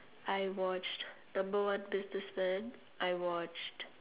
I watched number on business man I watched